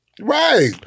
Right